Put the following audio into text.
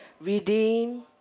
redeem